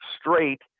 straight